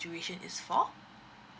duration is for